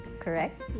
correct